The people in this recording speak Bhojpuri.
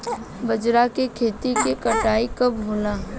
बजरा के खेती के कटाई कब होला?